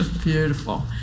beautiful